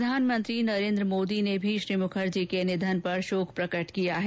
प्रधानमंत्री नरेन्द्र मोदी ने भी श्री मुखर्जी के निधन पर शोक प्रकट किया है